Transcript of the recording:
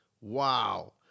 Wow